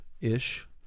ish